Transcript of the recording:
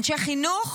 אנשי חינוך?